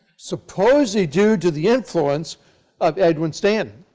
supposedly due to the influence of edwin stanton.